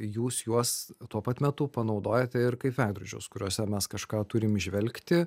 jūs juos tuo pat metu panaudojate ir kaip veidrodžius kuriuose mes kažką turim įžvelgti